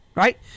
Right